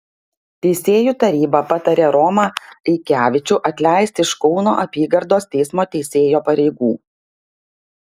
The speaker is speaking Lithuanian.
teisėjų taryba patarė romą aikevičių atleisti iš kauno apygardos teismo teisėjo pareigų